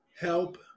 help